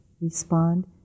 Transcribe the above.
Respond